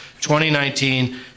2019